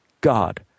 God